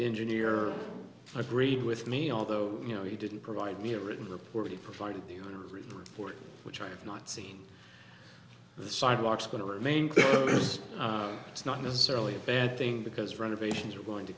engineer agreed with me although you know he didn't provide me a written report he provided in a report which i have not seen the sidewalks going to remain it's not necessarily a bad thing because renovations are going to